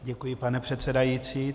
Děkuji, pane předsedající.